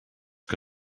que